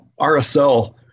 RSL